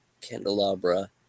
Candelabra